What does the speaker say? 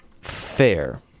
fair